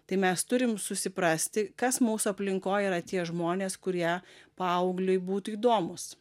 tai mes turim susiprasti kas mūsų aplinkoj yra tie žmonės kurie paaugliui būtų įdomūs